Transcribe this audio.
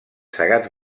segats